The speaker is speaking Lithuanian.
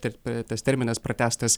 terpe tas terminas pratęstas